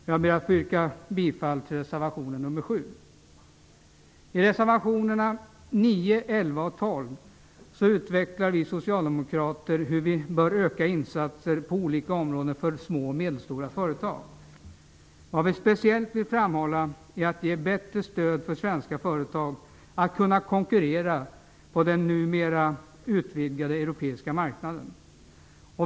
Jag ber att få yrka bifall till reservation nr 7. I reservationerna nr 9, 11 och 12 utvecklar vi socialdemokraater hur man bör öka insatserna på olika områden för små och medelstora företag. Vi vill speciellt framhålla behovet av att ge bättre stöd till svenska företag som skall konkurrera på den numera utvidgade europeiska marknaden.